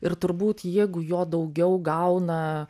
ir turbūt jeigu jo daugiau gauna